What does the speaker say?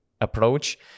approach